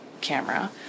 camera